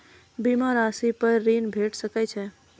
बीमा रासि पर ॠण भेट सकै ये?